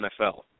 NFL